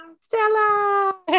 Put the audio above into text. Stella